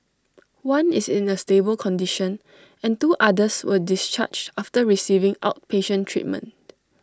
one is in A stable condition and two others were discharged after receiving outpatient treatment